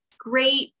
great